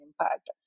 impact